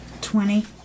Twenty